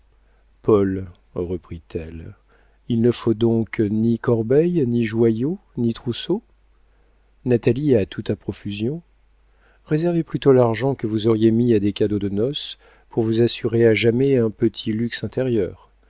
paul reprit-elle il ne faut donc ni corbeille ni joyaux ni trousseau natalie a tout à profusion réservez plutôt l'argent que vous auriez mis à des cadeaux de noces pour vous assurer à jamais un petit luxe intérieur